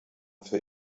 für